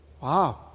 Wow